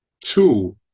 Two